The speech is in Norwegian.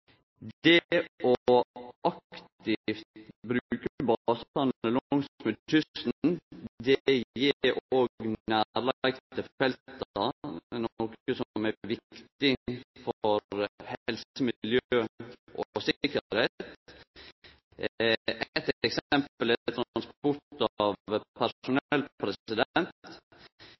Det å aktivt bruke basane langsmed kysten gir òg nærleik til felta, noko som er viktig for helse, miljø og sikkerheit. Eit eksempel er transport av personell.